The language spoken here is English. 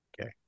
Okay